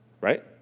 Right